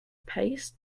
paste